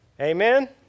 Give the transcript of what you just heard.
Amen